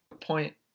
point